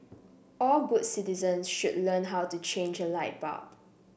all good citizens should learn how to change a light bulb